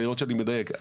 כדי לראות שאני מדייק.